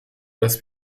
dass